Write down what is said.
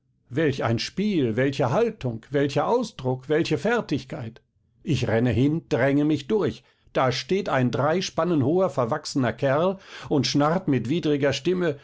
welch ein spiel welche haltung welcher ausdruck welche fertigkeit ich renne hin dränge mich durch da steht ein drei spannen hoher verwachsener kerl und schnarrt mit widriger stimme